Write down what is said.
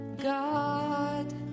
God